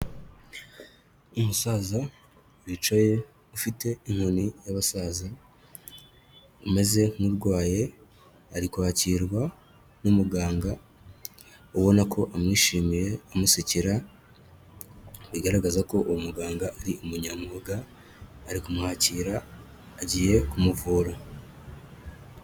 Umusaza wicaye ufite inkoni y'abasaza, umeze nk'urwaye, ari kwakirwa n'umuganga ubona ko amwishimiye amusekera, bigaragaza ko uwo muganga ari umunyamwuga ari kumwakira, agiye kumuvura.